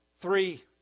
three